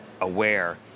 aware